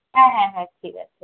হ্যাঁ হ্যাঁ হ্যাঁ ঠিক আছে